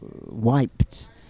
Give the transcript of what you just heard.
wiped